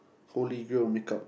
holy grill will make up